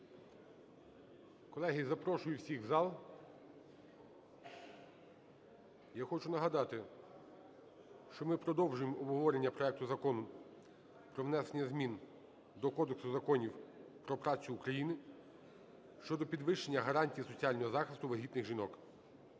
Колеги, запрошую всіх в зал. Я хочу нагадати, що ми продовжуємо обговорення проекту Закону про внесення змін до Кодексу законів про працю України щодо підвищення гарантій соціального захисту вагітних жінок.